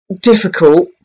difficult